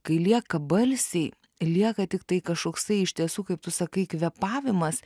kai lieka balsiai lieka tiktai kažkoksai iš tiesų kaip tu sakai kvėpavimas